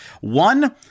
one